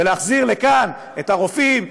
ולהחזיר לכאן את הרופאים,